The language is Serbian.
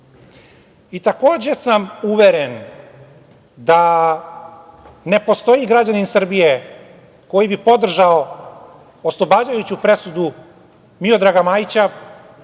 Takođe sam uveren da ne postoji građanin Srbije koji bi podržao oslobađajuću presudu Miodraga Majića